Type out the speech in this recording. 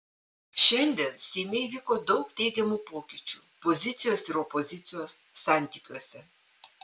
šiandien seime įvyko daug teigiamų pokyčių pozicijos ir opozicijos santykiuose